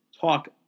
talk